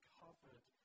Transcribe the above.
covered